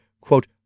quote